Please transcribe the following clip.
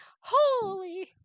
Holy